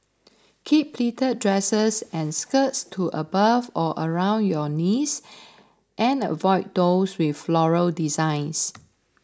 keep pleated dresses or skirts to above or around your knees and avoid those with floral designs